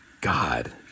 God